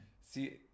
See